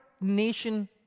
nation